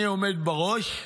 "אני עומד בראש"